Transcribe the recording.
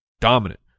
Dominant